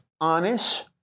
honest